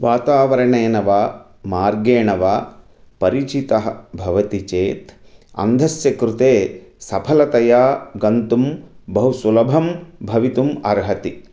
वातावरणेन वा मार्गेण वा परिचितः भवति चेत् अन्धस्य कृते सफलतया गन्तुं बहु सुलभं भवितुम् अर्हति